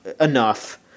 enough